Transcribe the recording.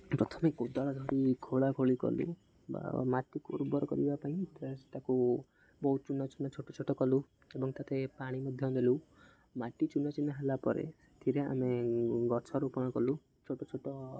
ପ୍ରଥମେ କୋଦାଳ ଧରି ଖୋଳା ଖୋଳି କଲୁ ବା ମାଟିକୁ ଉର୍ବର କରିବା ପାଇଁ ତାକୁ ବହୁତ ଚୁନା ଚୁନା ଛୋଟ ଛୋଟ କଲୁ ଏବଂ ତା'ଦେହରେ ପାଣି ମଧ୍ୟ ଦେଲୁ ମାଟି ଚୁନା ଚୁନା ହେଲା ପରେ ସେଥିରେ ଆମେ ଗଛ ରୋପଣ କଲୁ ଛୋଟ ଛୋଟ